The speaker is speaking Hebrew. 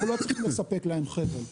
אנחנו לא צריכים לספק להם חבל.